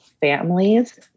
families